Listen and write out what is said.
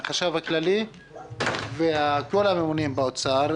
מהחשב הכללי ומכל הממונים באוצר,